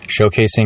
showcasing